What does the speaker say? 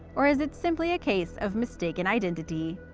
or is it simply a case of mistaken identity?